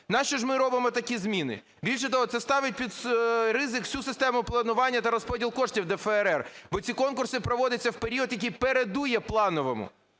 Нащо ж ми робимо такі зміни? Більше того, це ставить під ризик всю систему планування та розподіл коштів ДФРР. Бо ці конкурси проводяться в період, який передує плановому.